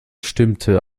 stimmte